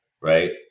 right